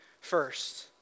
first